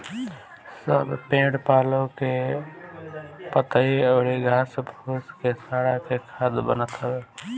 सब पेड़ पालो के पतइ अउरी घास फूस के सड़ा के खाद बनत हवे